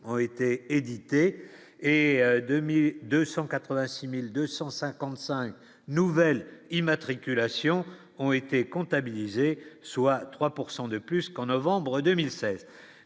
ont été édités, et 2000 286255 nouvelles immatriculations ont été comptabilisés, soit 3 pourcent de plus qu'novembre 2016